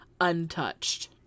untouched